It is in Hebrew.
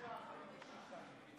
47, נגד,